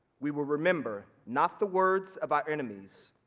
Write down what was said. we will remember not the words of our enemies,